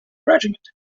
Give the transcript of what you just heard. regiment